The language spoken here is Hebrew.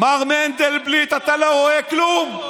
מר מנדלבליט, אתה לא רואה כלום?